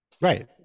Right